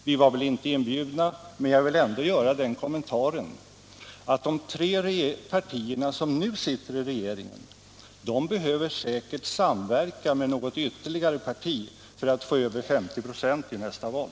Vi var väl inte inbjudna, men jag vill ändå göra den kommentaren att de tre partier som nu sitter i regeringen behöver säkert samverkan med något ytterligare parti för att få över 50 96 i nästa val.